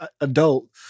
adult